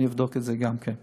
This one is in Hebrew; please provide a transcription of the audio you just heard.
אני אבדוק גם את זה.